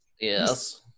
Yes